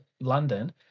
London